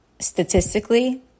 statistically